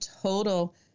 total